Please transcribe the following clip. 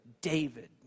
David